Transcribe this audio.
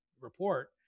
report